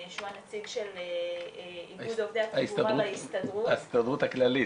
שהוא הנציג של איגוד עובדי התחבורה בהסתדרות --- ההסתדרות הכללית,